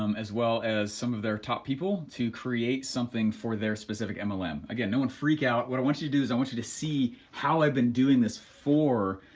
um as well as some of their top people to create something for their specific mlm. again, no one freak out. what i want you to do is i want you to see how i've been doing this for